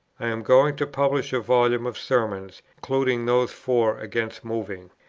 i am going to publish a volume of sermons, including those four against moving.